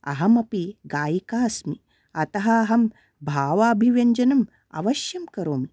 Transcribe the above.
अहम् अपि गायिका अस्मि अतः अहं भावाभिव्यञ्जनम् अवश्यं करोमि